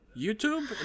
YouTube